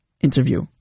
interview